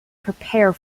prepare